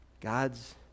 God's